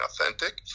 authentic